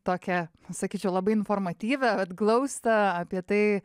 tokią sakyčiau labai informatyvią vat glaustą apie tai